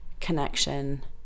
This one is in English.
connection